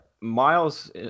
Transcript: Miles